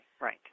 Right